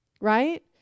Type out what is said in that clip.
Right